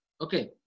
Okay